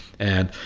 and